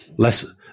Less